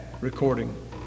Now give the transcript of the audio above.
recording